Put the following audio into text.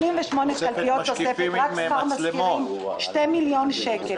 רק שכר מזכירים ב-88 קלפיות הוא שני מיליון שקל.